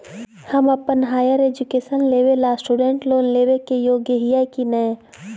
हम अप्पन higher education लेबे ला स्टूडेंट लोन लेबे के योग्य हियै की नय?